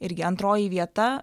irgi antroji vieta